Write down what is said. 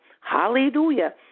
hallelujah